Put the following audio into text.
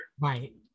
Right